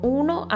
uno